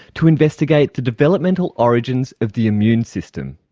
to investigate the developmental origins of the immune system.